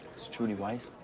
it's trudy weiss?